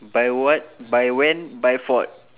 by what by when by